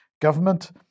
government